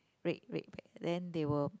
red red pack then they will